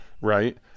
right